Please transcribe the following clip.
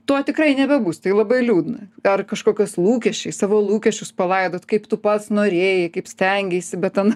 to tikrai nebebus tai labai liūdna ar kažkokias lūkesčiais savo lūkesčius palaidot kaip tu pats norėjai kaip stengeisi bet ana